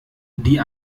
die